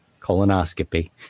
colonoscopy